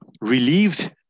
relieved